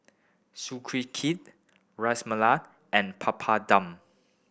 Sukiyaki Ras Malai and Papadum